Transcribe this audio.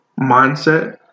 mindset